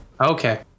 Okay